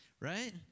right